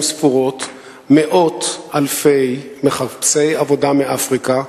ספורות מאות אלפי מחפשי עבודה מאפריקה,